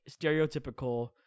stereotypical